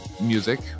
music